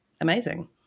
amazing